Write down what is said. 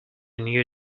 new